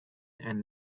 and